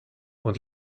und